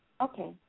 okay